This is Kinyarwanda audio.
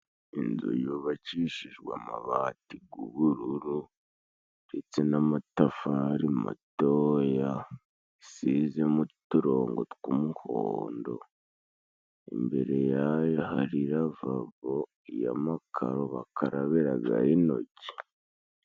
Inzu yubakishijwe amabati g'ubururu ndetse n'amatafari matoya, isizemo uturongo tw'umuhondo, imbere yayo hari ravabo y'amakaro, bakarabiragaho intoki.